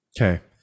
Okay